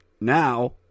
now